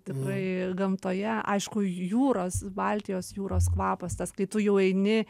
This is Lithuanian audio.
tikrai gamtoje aišku jūros baltijos jūros kvapas tas kai tu jau eini